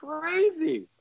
crazy